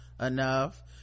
enough